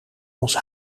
ons